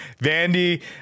Vandy